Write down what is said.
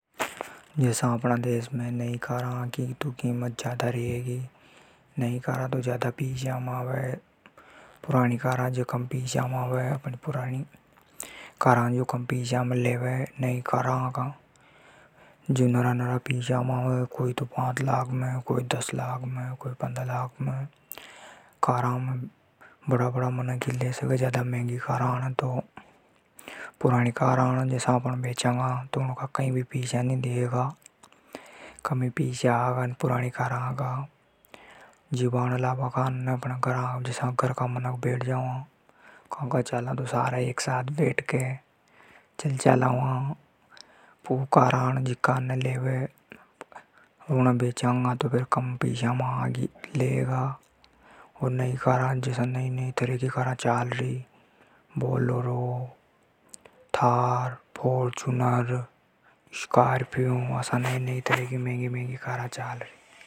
जसा अपणा देश में नई कारा आगी । नई कारा की कीमत ज्यादा रेगी। पुरानी कम पिसा में आवे। नई कारा कोई पाँच लाख में कोई दस लाख में आवे। पुरानी कारा का कई भी पिसा नी देवे। कार में कई सारा घर का एक लार बैठ जावा। कारा नई नई तरह की चालरी।